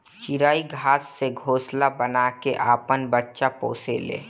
चिरई घास से घोंसला बना के आपन बच्चा पोसे ले